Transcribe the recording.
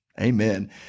Amen